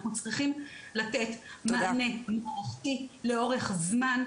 אנחנו צריכים לתת מענה לאורך זמן,